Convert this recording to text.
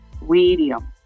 Weedium